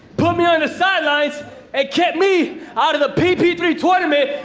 put me on the sidelines and kept me out of the ppb tournament,